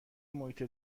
محیط